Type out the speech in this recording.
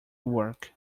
work